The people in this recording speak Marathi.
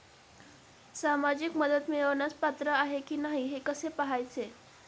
सामाजिक मदत मिळवण्यास पात्र आहे की नाही हे कसे पाहायचे?